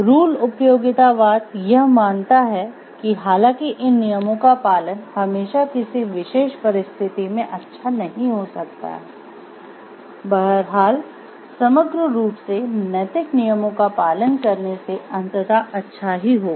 rule उपयोगितावाद यह मानता है कि हालांकि इन नियमों का पालन हमेशा किसी विशेष परिस्थिति में अच्छा नहीं हो सकता है बहरहाल समग्र रूप से नैतिक नियमों का पालन करने से अंततः अच्छा ही होगा